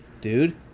dude